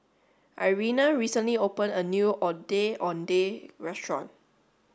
Irena recently opened a new Ondeh Ondeh restaurant